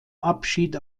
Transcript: abschied